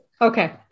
Okay